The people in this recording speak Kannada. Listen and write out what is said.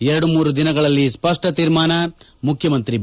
ಎರಡು ಮೂರು ದಿನಗಳಲ್ಲಿ ಸ್ವಷ್ಷ ತೀರ್ಮಾನ ಮುಖ್ಯಮಂತ್ರಿ ಬಿ